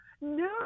No